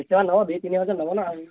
କେତେ ଟଙ୍କା ନେବ ଦୁଇ ତିନିହଜାର ନେବ ନା ଆଉ